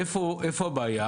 איפה הבעיה?